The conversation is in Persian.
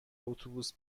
اتوبوس